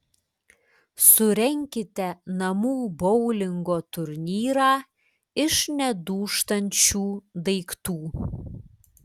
surenkite namų boulingo turnyrą iš nedūžtančių daiktų